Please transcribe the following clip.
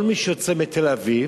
כל מי שיוצא לתל-אביב,